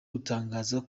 gutangaza